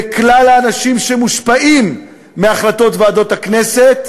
לכלל האנשים שמושפעים מהחלטות ועדות הכנסת,